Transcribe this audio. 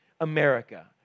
America